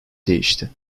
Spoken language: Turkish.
değişti